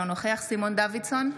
אינו נוכח סימון דוידסון,